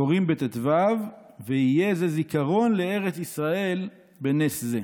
קוראין בט"ו, ויהיה זיכרון לארץ ישראל בנס זה".